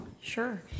Sure